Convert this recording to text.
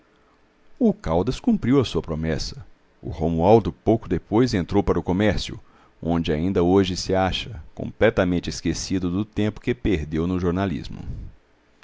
o caldas cumpriu a sua promessa o romualdo pouco depois entrou para o comércio onde ainda hoje se acha completamente esquecido do tempo que perdeu no jornalismo